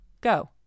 Go